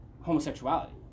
homosexuality